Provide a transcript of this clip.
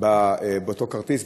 באותו כרטיס,